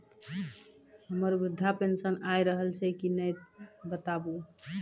हमर वृद्धा पेंशन आय रहल छै कि नैय बताबू?